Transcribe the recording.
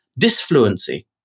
disfluency